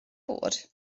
bod